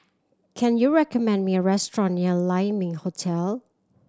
can you recommend me a restaurant near Lai Ming Hotel